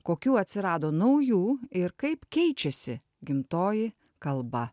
kokių atsirado naujų ir kaip keičiasi gimtoji kalba